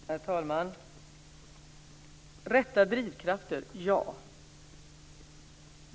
Herr talman! Rätta drivkrafter - ja.